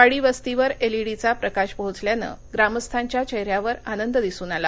वाडी वस्तीवर एलईडीचा प्रकाश पोहचल्याने ग्रामस्थांच्या चेहऱ्यावर आनंद दिसून आला